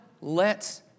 lets